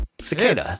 Cicada